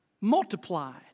multiplied